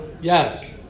Yes